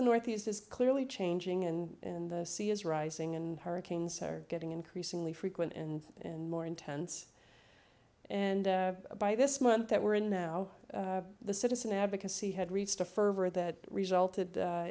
the northeast is clearly changing and in the sea is rising and hurricanes are getting increasingly frequent and in more intense and by this month that we're in now the citizen advocacy had reached a fervor that resulted